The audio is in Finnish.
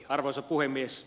arvoisa puhemies